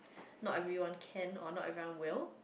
not everyone can and not everyone will